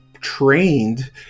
trained